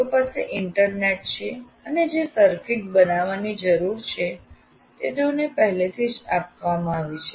તેઓ પાસે ઇન્ટરનેટ છે અને જે સર્કિટ બનાવવાની જરૂર છે તે તેઓને પહેલેથી જ આપવામાં આવી છે